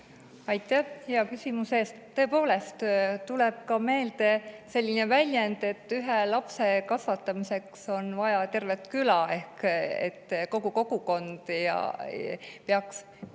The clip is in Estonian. Aitäh hea küsimuse eest! Tõepoolest, tuleb meelde ka selline väljend, et ühe lapse kasvatamiseks on vaja tervet küla. Ehk kogu kogukond peaks